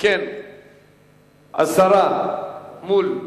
הסרה מול ועדה.